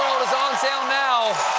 is on sale now.